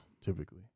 typically